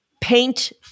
Paint